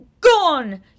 Gone